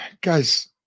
guys